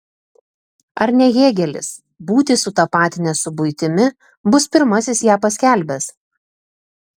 ar ne hėgelis būtį sutapatinęs su buitimi bus pirmasis ją paskelbęs